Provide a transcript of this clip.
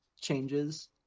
changes